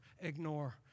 ignore